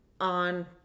on